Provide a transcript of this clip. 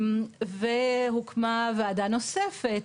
והוקמה ועדה נוספת.